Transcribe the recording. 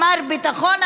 מר ביטחון,